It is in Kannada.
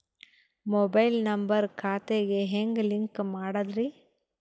ಮೊಬೈಲ್ ನಂಬರ್ ಖಾತೆ ಗೆ ಹೆಂಗ್ ಲಿಂಕ್ ಮಾಡದ್ರಿ?